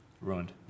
Ruined